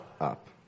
up